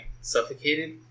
suffocated